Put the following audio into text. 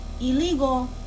illegal